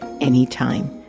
anytime